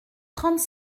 trente